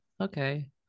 okay